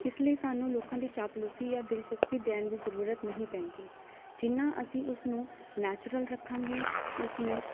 ਇਸ ਲਈ ਸਾਨੂੰ ਲੋਕਾਂ ਦੀ ਚਾਪਲੂਸੀ ਜਾਂ ਦਿਲਚਸਪੀ ਦੇਣ ਦੀ ਜ਼ਰੂਰਤ ਨਹੀਂ ਪੈਂਦੀ ਜਿੰਨਾ ਅਸੀਂ ਉਸਨੂੰ ਨੈਚੁਰਲ ਰੱਖਾਂਗੇ ਉਸਨੂੰ